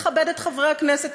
מכבד את חברי הכנסת,